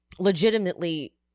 Legitimately